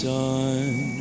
time